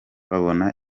babona